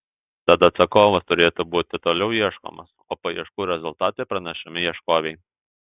tad atsakovas turėtų būti toliau ieškomas o paieškų rezultatai pranešami ieškovei